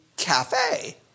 cafe